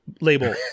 label